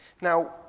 Now